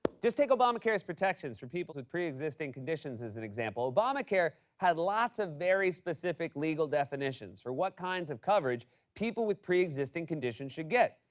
just take obamacare's protections for people with preexisting conditions as an example. obamacare had lots of very specific legal definitions for what kinds of coverage people with preexisting conditions should get.